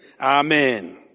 amen